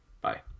Bye